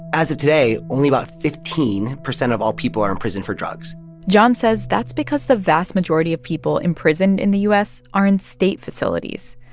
as of today, only about fifteen percent of all people are in prison for drugs john says that's because the vast majority of people in prison in the u s. are in state facilities.